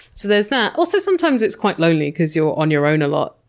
so there's that. also sometimes it's quite lonely because you're on your own a lot,